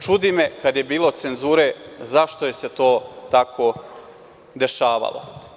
Čudi me, kada je bilo cenzure, zašto se to tako dešavalo.